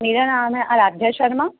मेरा नाम है आराध्या शर्मा